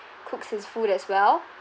cooks his food as well